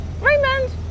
Raymond